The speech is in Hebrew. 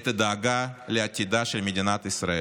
את הדאגה לעתידה של מדינת ישראל.